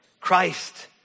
Christ